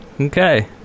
Okay